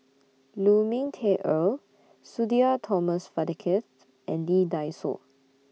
Lu Ming Teh Earl Sudhir Thomas Vadaketh and Lee Dai Soh